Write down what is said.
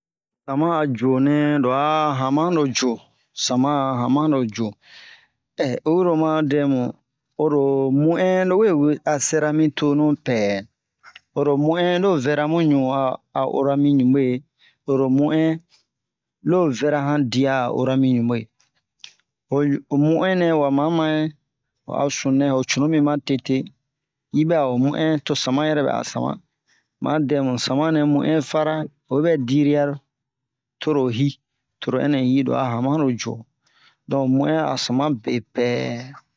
sama a juonɛ lo a hamano juo sama a hamano juo oyi ro oma dɛ mu oro mu'in lo we a sɛra mi tonu pɛ oro mu'in lo we vɛra mu ɲu a a ora mi wuɓwe oro mu'in lo vɛra han dia a ora mi ɲubwe o o mu'in nɛ wa ma mayɛ ho a sununɛ ho cunu mi ma tete yibɛ a ho mu'in to sama yɛrɛ bɛ a sama ma dɛ mu sama nɛ mu'in fa ra oyi bɛ diri'a ro toro yi toro ɛnɛ yi lo a hamano juo don mu'in a sama be pɛ